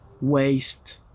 waste